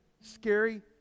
scary